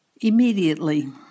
immediately